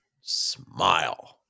Smile